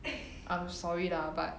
I'm sorry lah but